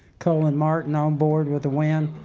colin martin on board with the win.